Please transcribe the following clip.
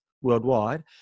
worldwide